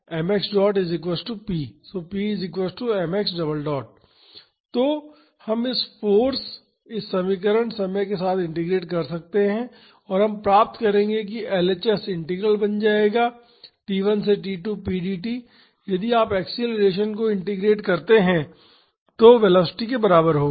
तो हम इस फाॅर्स इस समीकरण समय के साथ इंटीग्रेट कर सकते हैं और हम प्राप्त करेंगे कि एलएचएस इंटीग्रल बन जाएगा t 1 से t 2 p dt यदि आप एक्सेलरेशन को इंटीग्रेट करते हैं जो वेलोसिटी के बराबर होगा